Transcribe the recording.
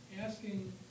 asking